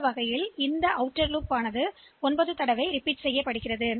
எனவே இந்த செயல்முறை 9 முறை மீண்டும் மீண்டும் செய்யப்படுகிறது